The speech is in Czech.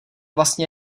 vlastně